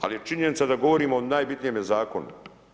Ali je činjenica da govorimo o najbitnijemu zakonu.